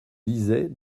lisait